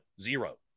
Zero